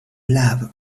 love